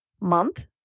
month